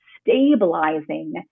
stabilizing